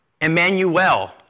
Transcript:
Emmanuel